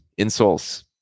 insoles